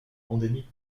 endémique